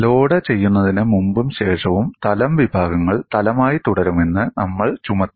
load ചെയ്യുന്നതിന് മുമ്പും ശേഷവും തലം വിഭാഗങ്ങൾ തലമായി തുടരുമെന്ന് നമ്മൾ ചുമത്തി